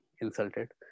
insulted